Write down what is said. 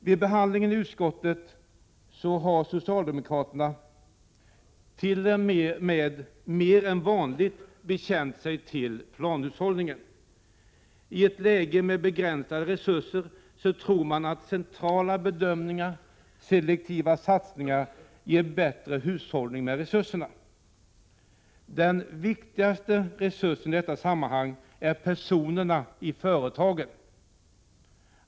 Vid behandlingen i utskottet har socialdemokraterna t.o.m. mer än vanligt bekänt sig till planhushållningen. I ett läge med begränsade resurser tror man att centrala bedömningar och selektiva satsningar ger bättre hushållning med resurserna. Den viktigaste resursen i detta sammanhang är personerna i företagen.